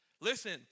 Listen